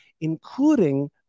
including